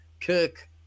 Kirk